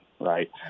right